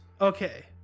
Okay